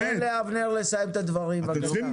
קארה, תן לאבנר לסיים את הדברים, בבקשה.